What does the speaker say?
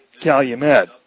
Calumet